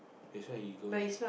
that's why he go and